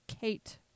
Kate